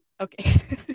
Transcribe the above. Okay